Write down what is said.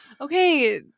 okay